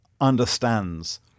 understands